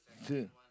same